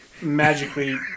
magically